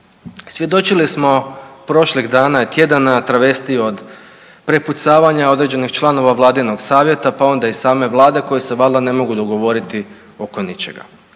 Svjedočili smo prošlih dana i tjedana travestiju od prepucavanja određenih članova Vladinog savjeta pa onda i same vlade koji se valjda ne mogu dogovoriti oko ničega.